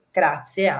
grazie